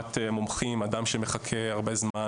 לרפואת מומחים, אדם שמחכה הרבה זמן